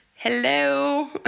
hello